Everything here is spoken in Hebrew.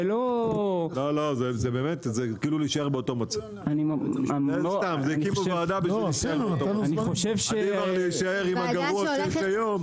זה לא -- עדיף כבר להישאר עם מה שיש היום,